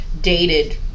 dated